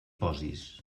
posis